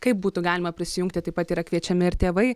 kaip būtų galima prisijungti taip pat yra kviečiami ir tėvai